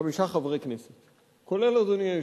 חמישה חברי כנסת, כולל אדוני היושב-ראש.